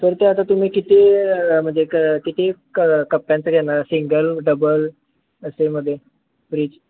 sir ते आता तुम्ही किती म्हणजे किती क कप्प्यांचं घेणार सिंगल डबल असेमध्ये फ्रिज